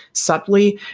subtly.